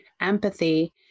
empathy